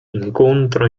incontra